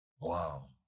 Wow